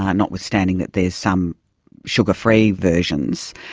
ah notwithstanding that there is some sugar-free versions,